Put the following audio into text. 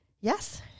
yes